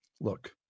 Look